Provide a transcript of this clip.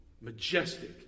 Majestic